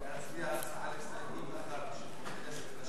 אני מבקש